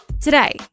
Today